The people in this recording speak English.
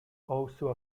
also